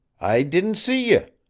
i didn't see ye.